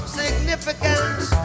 significance